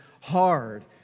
hard